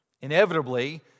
Inevitably